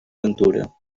ventura